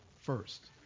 first